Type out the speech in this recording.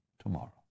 tomorrow